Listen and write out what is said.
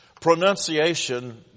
pronunciation